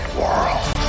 world